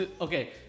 Okay